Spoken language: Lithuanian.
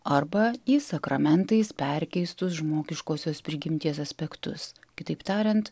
arba į sakramentais perkeistus žmogiškosios prigimties aspektus kitaip tariant